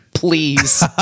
please